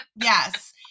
Yes